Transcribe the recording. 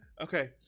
okay